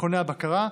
מכוני הבקרה,